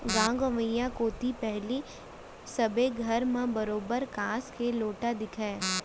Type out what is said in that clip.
गॉंव गंवई कोती पहिली सबे घर म बरोबर कांस के लोटा दिखय